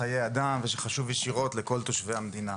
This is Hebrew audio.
שנוגע לחיי אדם ונוגע ישירות בכל תושבי המדינה.